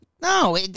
No